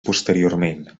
posteriorment